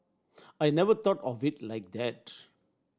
I never thought of it like that